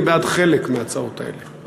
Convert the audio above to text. אני בעד חלק מההצעות האלה,